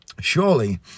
surely